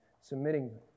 submitting